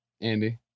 Andy